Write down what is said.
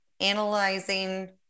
analyzing